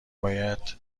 باید